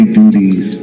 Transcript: duties